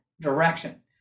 direction